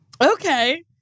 Okay